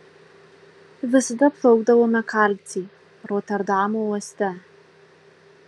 visada plaudavome kalcį roterdamo uoste